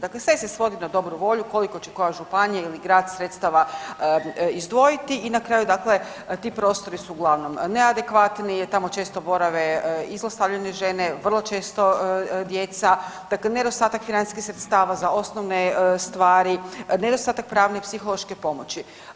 Dakle, sve se svodi na dobru volju koliko će koja županija ili grad sredstava izdvojiti i na kraju dakle ti prostori su uglavnom neadekvatni, tamo često borave i zlostavljene žene, vrlo često djeca, dakle nedostatak financijskih sredstava za osnovne stvari, nedostatak pravne i psihološke pomoći.